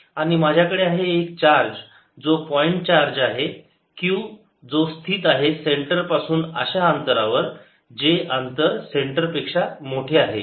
आणि माझ्याकडे आहे एक चार्ज जो पॉईंट चार्ज आहे q जो स्थित आहे सेंटरपासून अशा अंतरावर जे अंतर सेंटर पेक्षा मोठे आहे